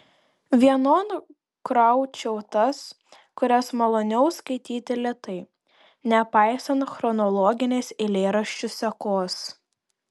vienon kraučiau tas kurias maloniau skaityti lėtai nepaisant chronologinės eilėraščių sekos